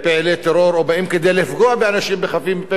או באים כדי לפגוע באנשים חפים מפשע וכו' וכו',